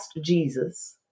Jesus